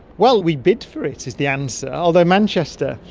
well, we bid for it, is the answer, although manchester,